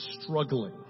struggling